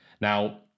Now